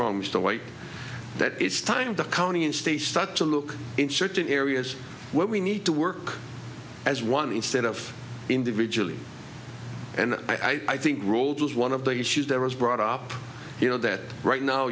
white that it's time the county and state start to look in certain areas where we need to work as one instead of individually and i think ruled as one of the issues that was brought up you know that right now